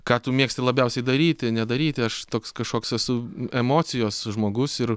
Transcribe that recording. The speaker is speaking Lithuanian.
ką tu mėgsti labiausiai daryti nedaryti aš toks kažkoks esu emocijos žmogus ir